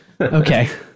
Okay